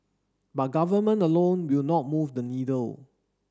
but government alone will not move the needle